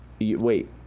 wait